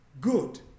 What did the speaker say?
good